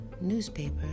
newspaper